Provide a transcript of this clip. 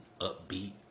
upbeat